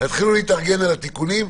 תתחילו להתארגן על התיקונים,